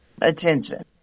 attention